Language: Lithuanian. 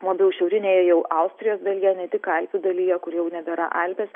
labiau šiaurinėje jau austrijos dalyje ne tik alpių dalyje kur jau nebėra alpės